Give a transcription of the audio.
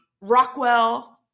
Rockwell